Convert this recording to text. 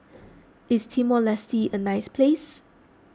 is Timor Leste a nice place